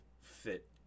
fit